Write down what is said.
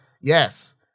yes